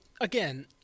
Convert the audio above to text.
again